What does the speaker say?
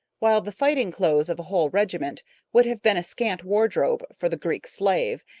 while the fighting clothes of a whole regiment would have been a scant wardrobe for the greek slave,